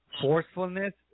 forcefulness